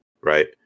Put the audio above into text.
right